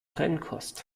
trennkost